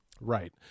Right